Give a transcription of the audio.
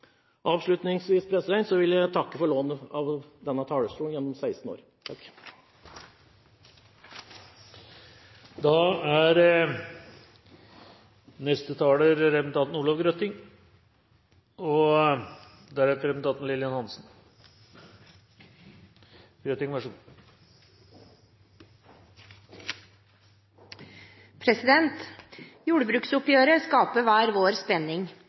Avslutningsvis vil jeg takke for lånet av denne talerstolen gjennom 16 år. Jordbruksoppgjøret skaper hver vår spenning.